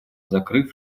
закрыв